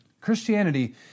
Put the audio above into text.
Christianity